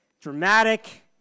dramatic